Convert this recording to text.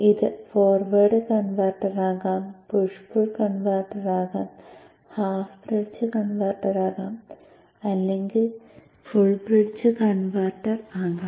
അത് forward converter ആകാം push pull converter ആകാം ഹാഫ് ബ്രിഡ്ജ് കൺവെർട്ടർ ആകാം അല്ലെങ്കിൽ ഫുൾ ബ്രിഡ്ജ് കൺവെർട്ടർ ആകാം